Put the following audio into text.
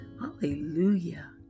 Hallelujah